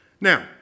Now